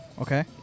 Okay